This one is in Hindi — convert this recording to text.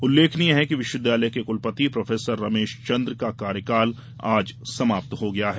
उल्लेखनीय है कि विश्वविद्यालय के कुलपति प्रो रमेश चन्द्र का कार्यकाल आज समाप्त हो गया है